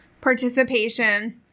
participation